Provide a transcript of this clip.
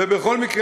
ובכל מקרה,